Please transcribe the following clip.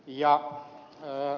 ja ööö